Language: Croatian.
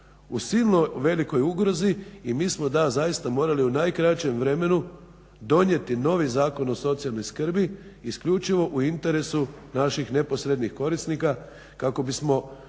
u silo velikoj ugrozi i mi smo da, zaista morali u najkraćem vremenu donijeti novi Zakon o socijalnoj skrbi isključivo u interesu naših neposrednih korisnika kako ne bismo